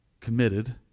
committed